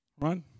right